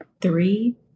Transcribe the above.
three